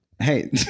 Hey